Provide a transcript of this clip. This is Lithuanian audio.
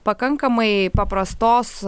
pakankamai paprastos